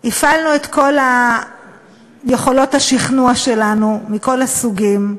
הפעלנו את כל יכולות השכנוע שלנו מכל הסוגים,